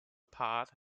part